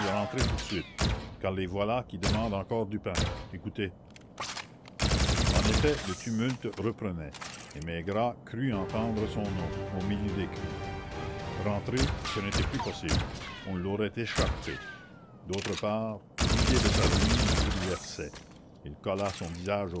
rentrer tout de suite car les voilà qui demandent encore du pain écoutez en effet le tumulte reprenait et maigrat crut entendre son nom au milieu des cris rentrer ce n'était plus possible on l'aurait écharpé d'autre part l'idée de sa ruine le bouleversait il colla son visage